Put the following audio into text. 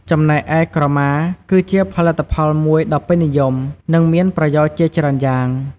ចំណែកឯក្រមា គឺជាផលិតផលមួយដ៏ពេញនិយម និងមានប្រយោជន៍ជាច្រើនយ៉ាង។